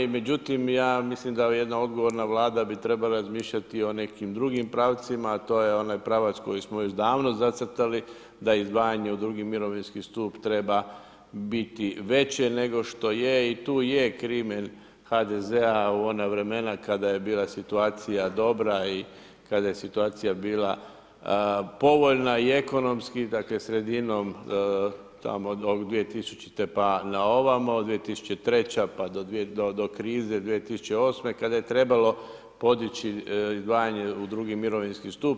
Međutim ja mislim da jedna odgovorna Vlada bi trebala razmišljati o nekim drugim pravcima, a to je onaj pravac koji smo već davno zacrtali da izdvajanje u drugi mirovinski stup treba biti veće nego što je i tu je krimen HDZ-a u ona vremena kada je bila situacija dobra i kada je situacija bila povoljna i ekonomski, dakle sredinom tamo od 2000. pa na ovamo, 2003. pa do krize 2008. kada je trebalo podići izdvajanje u II. mirovinski stup.